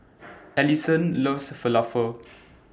Alyson loves Falafel